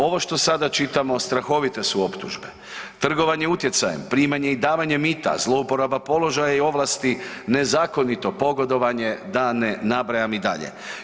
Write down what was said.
Ovo što sada čitamo strahovite su optužbe, trgovanje utjecajem, primanje i davanje mita, zlouporaba položaja i ovlasti, nezakonito pogodovanje, da ne nabrajam i dalje.